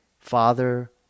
father